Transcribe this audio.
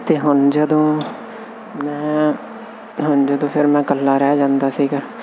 ਤੇ ਹੁਣ ਜਦੋਂ ਮੈਂ ਤੁਹਾਨੂੰ ਜਦੋਂ ਫਿਰ ਮੈਂ ਕੱਲਾ ਰਹਿ ਜਾਂਦਾ ਸੀਗਾ ਕਮਰੇ ਚ ਉਦੋਂ ਮੈਂ ਰਾਤ ਨੂੰ